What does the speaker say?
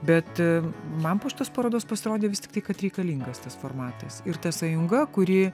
bet man po šitos parodos pasirodė vis tiktai kad reikalingas tas formatas ir ta sąjunga kuri